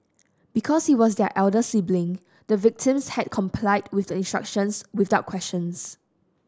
because he was their elder sibling the victims had complied with the instructions without questions